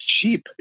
cheap